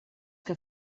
que